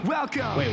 Welcome